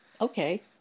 okay